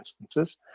instances